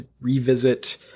revisit